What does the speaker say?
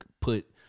put